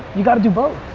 you got to do both.